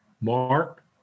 Mark